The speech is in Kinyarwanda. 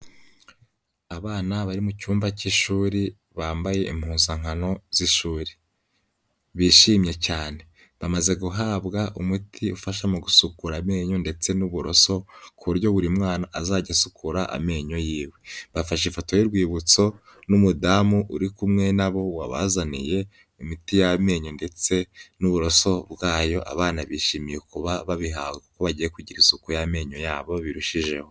Abana bari mu cyumba cy'ishuri, bambaye impuzankano z'ishuri. Bishimye cyane. Bamaze guhabwa umuti ufasha mu gusukura amenyo ndetse n'uburoso ku buryo buri mwana azajya asukura amenyo yiwe. Bafashe ifoto y'urwibutso n'umudamu uri kumwe na bo wabazaniye imiti y'amenyo ndetse n'uburoso bwayo, abana bishimiye kuba babihawe kuko bagiye kugira isuku y'amenyo yabo birushijeho.